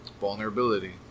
Vulnerability